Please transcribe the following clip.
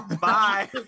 Bye